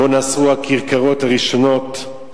בו נסעו הכרכרות הראשונות.